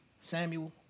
Samuel